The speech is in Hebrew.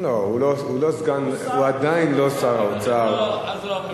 יש שר, סגן שר האוצר.